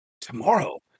Tomorrow